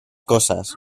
cosas